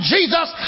Jesus